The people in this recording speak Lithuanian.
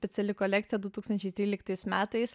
speciali kolekcija du tūkstančiai tryliktais metais